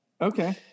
Okay